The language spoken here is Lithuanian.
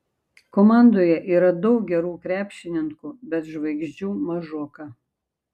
komandoje yra daug gerų krepšininkų bet žvaigždžių mažoka